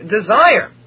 desire